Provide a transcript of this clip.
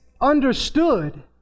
understood